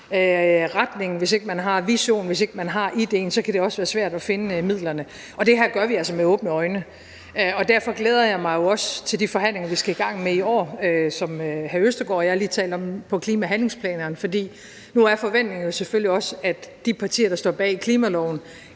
retningen, hvis ikke man har visionen, hvis ikke man har ideen, så kan det også være svært at finde midlerne. Og det her gør vi altså med åbne øjne. Derfor glæder jeg mig jo også til de forhandlinger, vi skal i gang med i år, som hr. Morten Østergaard og jeg lige har talt om, om klimahandlingsplanerne, for nu er forventningen jo selvfølgelig også, at de partier, der står bag klimaloven,